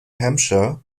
hampshire